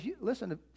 listen